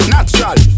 Natural